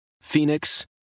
Phoenix